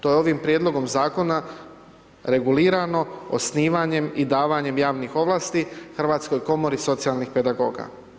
To je ovim prijedlogom zakona regulirano osnivanjem i davanja javnih ovlasti Hrvatskoj komori socijalnih pedagoga.